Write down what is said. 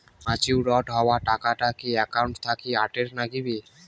Matured হওয়া টাকাটা কি একাউন্ট থাকি অটের নাগিবে?